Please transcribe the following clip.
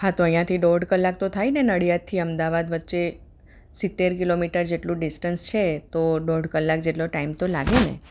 હા તો અહીંયાથી દોઢ કલાક તો થાય ને નડિયાદથી અમદાવાદ વચ્ચે સિત્તેર કિલોમીટર જેટલું ડિસ્ટન્સ છે તો દોઢ કલાક જેટલો ટાઈમ તો લાગે ને